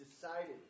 decided